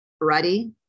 Ready